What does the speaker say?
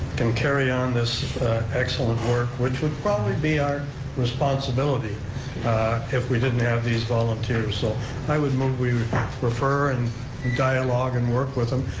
can carry on this excellent work, which would probably be our responsibility if we didn't have these volunteers. so i would move we refer and dialogue and work with them,